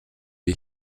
wir